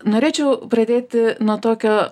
norėčiau pradėti nuo tokio